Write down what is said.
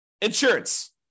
insurance